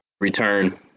Return